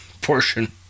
portion